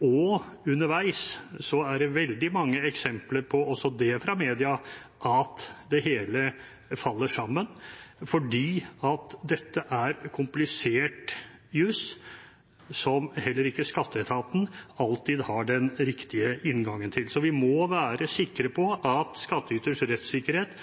og underveis er det veldig mange eksempler på – også det fra media – at det hele faller sammen, fordi dette er komplisert jus, som heller ikke skatteetaten alltid har den riktige inngangen til. Så vi må være sikre på at skattyters rettssikkerhet